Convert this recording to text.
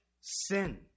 sin